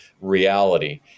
reality